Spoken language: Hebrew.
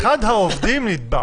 אחד העובדים נדבק.